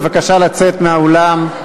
בבקשה לצאת מהאולם,